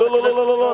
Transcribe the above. לא.